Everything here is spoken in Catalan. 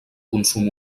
consum